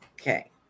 Okay